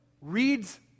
reads